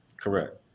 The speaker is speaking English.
correct